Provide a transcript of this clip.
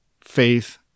faith